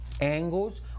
angles